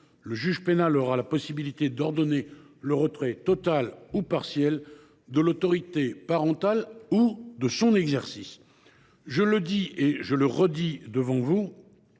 le juge pénal pourra ordonner le retrait total ou partiel de l’autorité parentale ou de son exercice. Je le dis et le redis devant vous